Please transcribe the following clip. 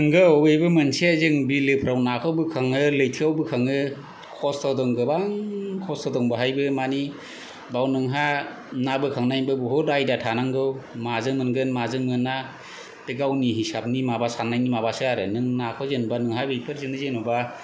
नोंगौ बेबो मोनसे जों बिलोफोराव नाखौ बोखाङो लैथोआव बोखाङो खस्थ' दों गोबां खस्थ' दं बहायबो मानि बाव नोंहा ना बोखांनायबो बुहुत आयदा थानांगौ माजों मोनगोन माजों मोना बे गावनि हिसाबनि माबा सान्नायनि माबासो आरो नों नाखौ जेनेबा नोंहा बेफोरजोंनो जेनेबा